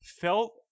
felt